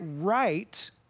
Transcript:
right